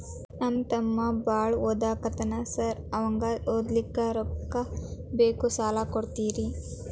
ನಮ್ಮ ತಮ್ಮ ಬಾಳ ಓದಾಕತ್ತನ ಸಾರ್ ಅವಂಗ ಓದ್ಲಿಕ್ಕೆ ರೊಕ್ಕ ಬೇಕು ಸಾಲ ಕೊಡ್ತೇರಿ?